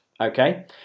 okay